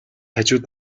хажууд